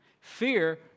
Fear